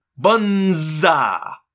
Bunza